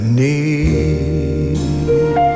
need